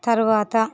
తరువాత